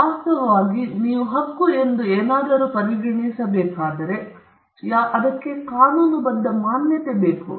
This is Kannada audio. ವಾಸ್ತವವಾಗಿ ನೀವು ಹಕ್ಕು ಎಂದು ಏನಾದರೂ ಪರಿಗಣಿಸಬೇಕಾದರೆ ಕಾನೂನುಬದ್ಧ ಮಾನ್ಯತೆ ಬೇಕು